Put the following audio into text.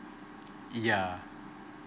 yeah